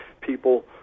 people